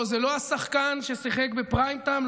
זה לא השחקן ששיחק בפריים-טיים,